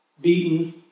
beaten